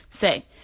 Say